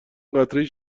قطرهای